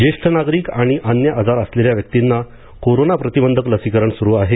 ज्येष्ठ नागरिक आणि अन्य आजार असलेल्या व्यक्तींना कोरोना प्रतिबंधक लसीकरण सुरू आहे